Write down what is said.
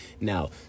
now